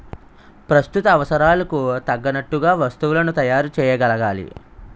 ప్రస్తుత అవసరాలకు తగ్గట్టుగా వస్తువులను తయారు చేయగలగాలి